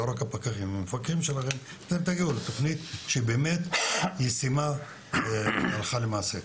אתם תגיעו לתוכנית ישימה הלכה למעשה.